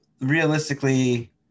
realistically